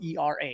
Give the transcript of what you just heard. ERA